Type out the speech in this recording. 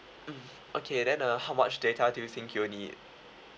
mm okay then uh how much data do you think you'll need